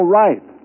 right